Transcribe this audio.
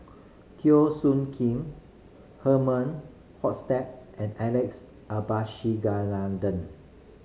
Teo Soon Kim Herman Hochstadt and Alex Abisheganaden